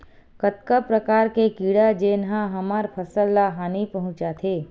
कतका प्रकार के कीड़ा जेन ह हमर फसल ल हानि पहुंचाथे?